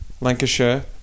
Lancashire